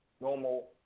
normal